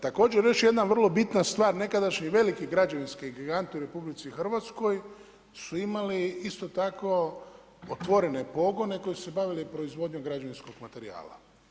Također još jedna vrlo bitna stvar, nekadašnji veliki građevinski giganti u RH su imali isto tako otvorene pogone koji su se bavili proizvodnjom građevinskog materijala.